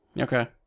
Okay